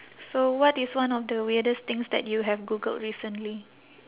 so what is one of the weirdest things that you have googled recently